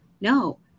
No